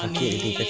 e